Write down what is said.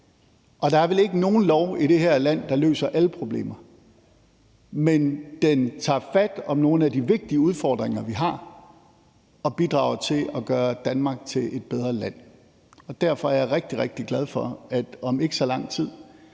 der er vel ikke nogen lov i det her land, der løser alle problemer, men den tager fat om nogle af de vigtige udfordringer, vi har, og bidrager til at gøre Danmark til et bedre land. Derfor er jeg rigtig, rigtig glad for, at om ikke så lang tid